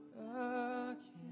again